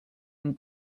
and